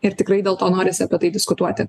ir tikrai dėl to norisi apie tai diskutuoti